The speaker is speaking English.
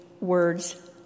words